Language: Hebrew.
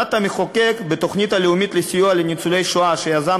כוונת המחוקק בתוכנית הלאומית לסיוע לניצולי שואה שיזם